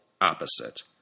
opposite